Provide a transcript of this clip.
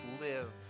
live